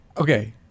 Okay